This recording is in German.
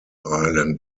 island